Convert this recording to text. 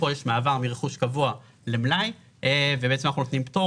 כאן יש מעבר מרכוש קבוע למלאי ובעצם אנחנו נותנים פטור